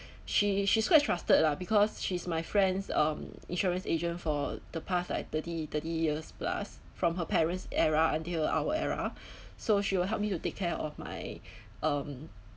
she she's quite trusted lah because she's my friend's um insurance agent for the past like thirty thirty years plus from her parents' era until our era so she will help me to take care of my um